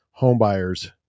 homebuyers